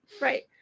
right